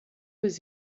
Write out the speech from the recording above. was